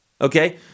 okay